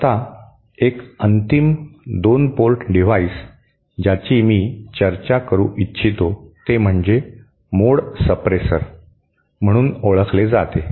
आता एक अंतिम 2 पोर्ट डिव्हाइस ज्याची मी चर्चा करू इच्छितो ते म्हणजे मोड सप्रेसर म्हणून ओळखले जाते